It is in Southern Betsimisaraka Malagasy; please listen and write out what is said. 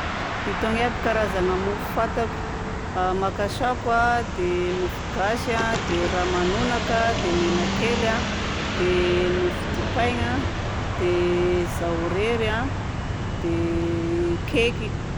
Itony aby karazagna mofo fantako: makasaoko a, dia mofogasy a, dia ramanonaka dia menakely a, dia mofo dipaingna, dia zahorery a, dia cake.